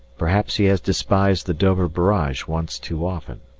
perhaps he has despised the dover barrage once too often.